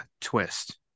twist